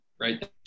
right